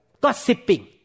gossiping